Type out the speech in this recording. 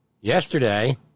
Yesterday